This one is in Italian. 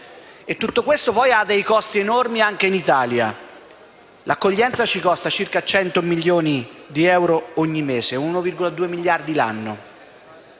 Tutto questo ha dei costi enormi anche in Italia: l'accoglienza ci costa circa 100 milioni di euro ogni mese (1,2 miliardi l'anno).